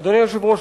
אדוני היושב-ראש,